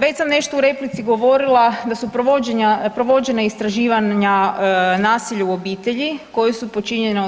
Već sam nešto u replici govorila da su provođenja, provođena istraživanja nasilja u obitelji koja su počinjena